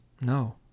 No